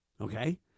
Okay